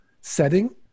setting